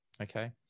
okay